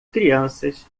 crianças